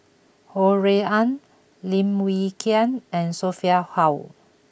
Ho Rui An Lim Wee Kiak and Sophia Hull